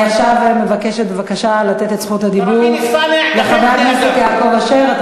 אני עכשיו מבקשת לתת את זכות הדיבור לחבר הכנסת יעקב אשר.